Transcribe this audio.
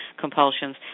compulsions